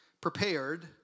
prepared